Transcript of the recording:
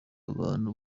abantu